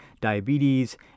diabetes